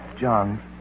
John